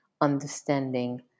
understanding